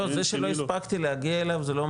לא,